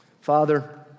Father